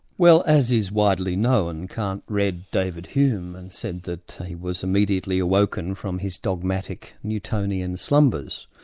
well as is widely known, kant read david hume and said that he was immediately awoken from his dogmatic, newtonian slumbers.